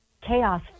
chaos